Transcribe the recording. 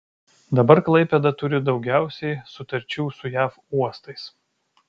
dabar klaipėda turi daugiausiai sutarčių su jav uostais